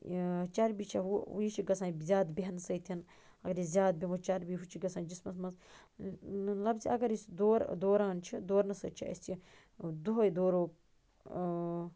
یہٕ چربی چھِ وُ یہِ چھِ گَژھان بہنہٕ سۭتۍ اگر ے زیادٕ بیٚہمو چربی ہوٗ چھِ گژھان جِسمَس منٛز لفظہٕ اگرأسۍ دور دوران چھِ دورنہٕ سۭتۍ چھِ اسہِ دۄہے دورو ٲ